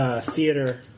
theater